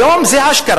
היום זה אשכרה,